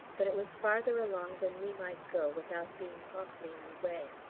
but it was farther along than we might go without being awfully in the way.